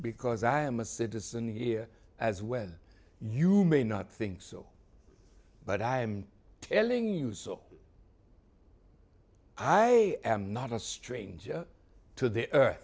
because i am a citizen here as well you may not think so but i am telling you so i am not a stranger to the